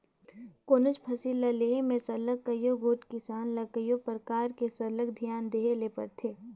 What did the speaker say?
कोनोच फसिल ल लेहे में सरलग कइयो गोट किसान ल कइयो परकार ले सरलग धियान देहे ले परथे